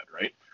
right